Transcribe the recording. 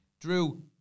Drew